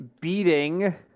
beating